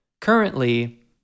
Currently